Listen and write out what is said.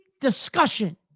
discussion